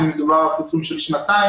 האם מדובר על חיסון לשנתיים,